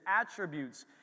attributes